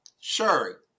Sure